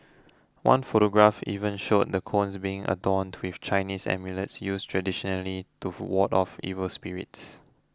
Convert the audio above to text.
one photograph even showed the cones being adorned with Chinese amulets used traditionally to ward off evil spirits